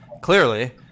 clearly